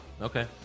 Okay